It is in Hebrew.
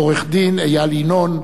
עורך-הדין איל ינון,